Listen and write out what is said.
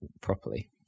properly